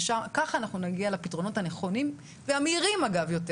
ורק ככה נגיע לפתרונות הנכונים והמהירים יותר,